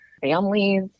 families